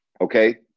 okay